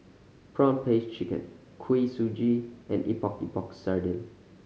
prawn paste chicken Kuih Suji and Epok Epok Sardin